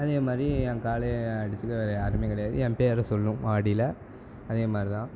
அதேமாதிரி என் காளையை அடிச்சிக்க வேற யாருமே கிடையாது என் பேரை சொல்லும் வாடியில் அதேமாதிரி தான்